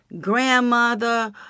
grandmother